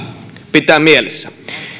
pitää mielessä